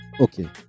Okay